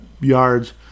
yards